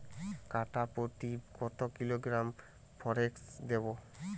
কাঠাপ্রতি কত কিলোগ্রাম ফরেক্স দেবো?